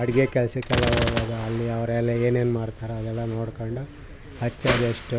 ಅಡಿಗೆ ಕೆಲಸಕ್ಕೆಲ್ಲ ಹೋಗೋದಾ ಅಲ್ಲಿ ಅವರೆಲ್ಲ ಏನೇನು ಮಾಡ್ತರೆ ಅದೆಲ್ಲ ನೋಡಿಕೊಂಡು ಹೆಚ್ಛದಷ್ಟು